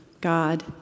God